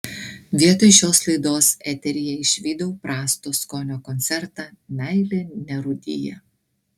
vietoj šios laidos eteryje išvydau prasto skonio koncertą meilė nerūdija